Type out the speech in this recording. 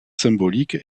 symbolique